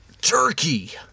turkey